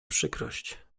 przykrość